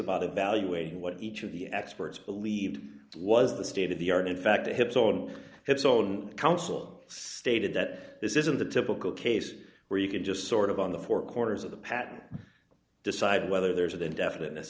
about evaluating what each of the experts believed was the state of the art in fact the hips on its own counsel stated that this isn't the typical case where you can just sort of on the four corners of the patent decide whether there's the indefinite